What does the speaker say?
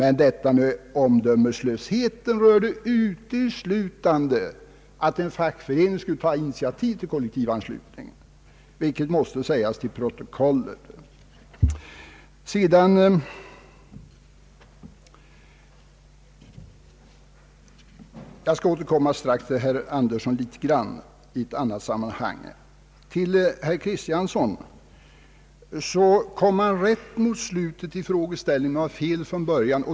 Men detta om omdömeslöshet rörde uteslutande att en fackförening i ett sådant fall skulle ta initiativ till kollektivanslutning, vilket måste sägas till protokollet. Jag skall strax återkomma till herr Axel Andersson i ett annat sammanhang. Herr Kristiansson kom rätt i frågeställningen mot slutet av sitt anförande och fel från början.